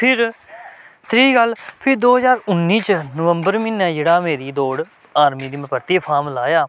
फिर त्री गल्ल फ्ही दो ज्हार उन्नी च नवंबर म्हीना जेह्ड़ा मेरी दौड़ आर्मी दी मे परतियै फार्म लाया